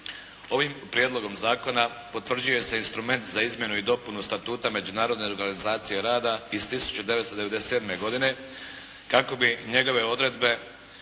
Ovim prijedlogom zakona potvrđuje se instrument za izmjenu i dopunu statuta Međunarodne organizacije rada iz 1997. godine kako bi njegove odredbe